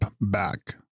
back